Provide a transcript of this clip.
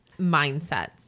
mindsets